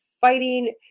fighting